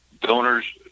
donors